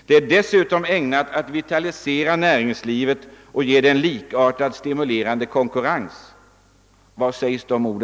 Det är dessutom ägnat att vitalisera näringslivet och ge det en likartad stimulerande konkurrens». Var hör vi dessa ord i vårt land?